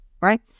right